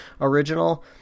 original